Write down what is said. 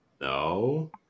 No